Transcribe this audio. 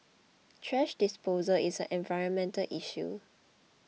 thrash disposal is an environmental issue